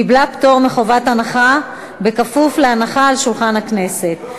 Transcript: קיבלה פטור מחובת הנחה בכפוף להנחה על שולחן הכנסת.